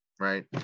right